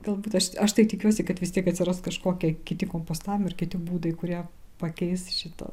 galbūt aš aš tai tikiuosi kad vis tiek atsiras kažkokie kiti kompostavimo ir kiti būdai kurie pakeis šitą